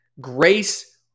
Grace